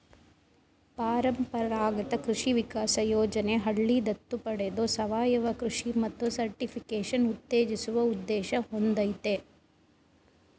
ಪರಂಪರಾಗತ ಕೃಷಿ ವಿಕಾಸ ಯೋಜನೆ ಹಳ್ಳಿ ದತ್ತು ಪಡೆದು ಸಾವಯವ ಕೃಷಿ ಮತ್ತು ಸರ್ಟಿಫಿಕೇಷನ್ ಉತ್ತೇಜಿಸುವ ಉದ್ದೇಶ ಹೊಂದಯ್ತೆ